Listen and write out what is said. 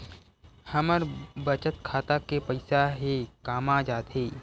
हमर बचत खाता के पईसा हे कामा जाथे?